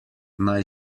naj